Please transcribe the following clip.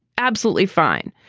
absolutely fine.